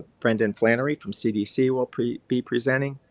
brendan flannery from cdc will be presenting.